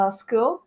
school